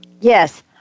Yes